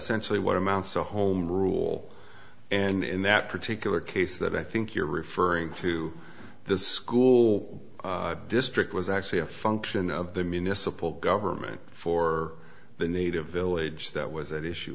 sense of what amounts to a home rule and in that particular case that i think you're referring to the school district was actually a function of the municipal government for the native village that was at issue